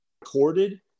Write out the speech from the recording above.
recorded